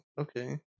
Okay